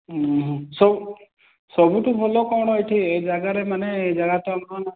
ଉଁ ହୁଁ ସବୁ ସବୁଠୁ ଭଲ କ'ଣ ଏଠି ଏ ଯାଗାର ମାନେ ଏ ଯାଗାର ତ ନାଁ